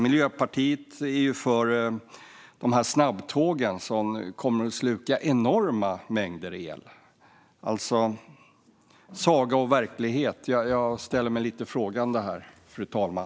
Miljöpartiet är för snabbtåg, som kommer att sluka enorma mängder el. Saga och verklighet - jag ställer mig lite frågande här, fru talman.